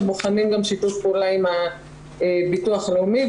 ובוחנים גם שיתוף פעולה עם הביטוח הלאומי,